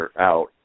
out